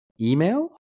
email